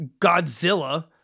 Godzilla